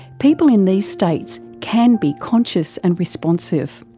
people in these states can be conscious and responsive.